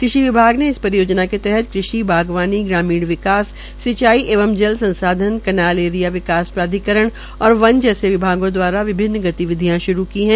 कृषि विभाग ने इस परियोजना के तहत कृषि बागवानी ग्रामीण विकास सिंचाई एवं जल संसाधन कैनाल एरिया विकास प्राधिकरण और वन जैसे विभागों दवारा गतिविधियां शुरू की है